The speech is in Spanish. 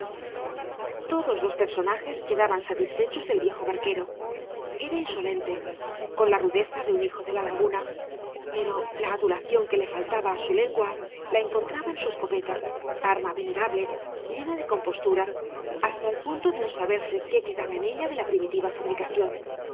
todos los personajes quedaban satisfechos del viejo barquero era insolente con la rudeza de un hijo de la laguna pero la adulación que faltaba á su lengua la encontraba en su escopeta arma venerable llena de composturas hasta el punto de no saberse qué quedaba en ella de la primitiva fabricación